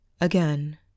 Again